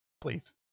Please